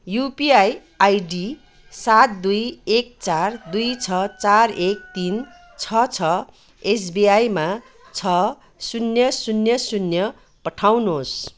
UPI ID सात दुई एक चार दुई छ चार एक तिन छ छ एस बी आईमा छ शून्य शून्य शून्य पठाउनुहोस्